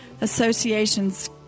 association's